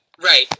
Right